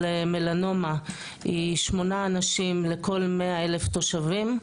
מלנומה היא 8 אנשים לכל 100,000 תושבים,